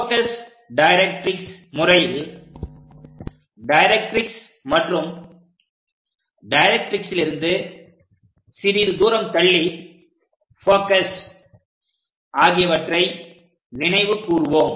focus directrix முறையில் directrix மற்றும் டைரக்ட்ரிக்ஸிலிருந்து சிறிது தூரம் தள்ளி போகஸ் ஆகியவற்றை நினைவு கூர்வோம்